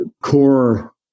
core